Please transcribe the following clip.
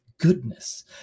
goodness